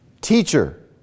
Teacher